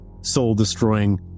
soul-destroying